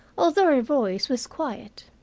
although her voice was quiet.